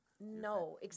No